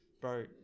Bro